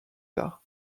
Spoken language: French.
tard